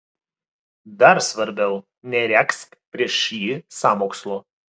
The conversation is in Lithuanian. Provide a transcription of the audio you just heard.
dar svarbiau neregzk prieš jį sąmokslo